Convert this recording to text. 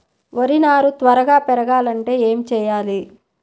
వరి నారు త్వరగా పెరగాలంటే ఏమి చెయ్యాలి?